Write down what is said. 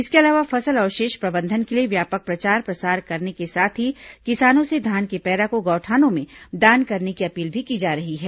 इसके अलावा फसल अवशेष प्रबंधन के लिए व्यापक प्रचार प्रसार करने के साथ ही किसानों से धान के पैरा को गौठानों में दान करने की अपील भी की जा रही है